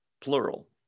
plural